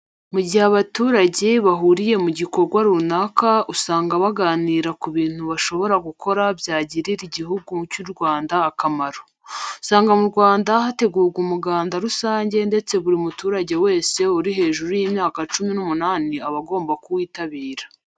Mu gihe abaturage bahuriye mu gikorwa runaka usanga baganira ku bintu bashobora gukora byagiriya Igihugu cy'u Rwanda akamaro. Usanga mu Rwanda hategurwa umuganda rusange ndetse buri muturage wese uri hejuru y'imyaka cumi n'umunani aba agomba kuwitabira.